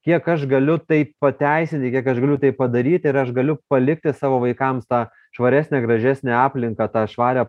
kiek aš galiu tai pateisėti kiek aš galiu tai padaryti ir aš galiu palikti savo vaikams tą švaresnę gražesnę aplinką tą švarią